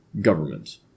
government